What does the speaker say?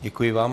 Děkuji vám.